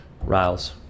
Riles